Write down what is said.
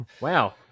Wow